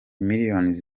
millions